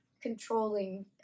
controlling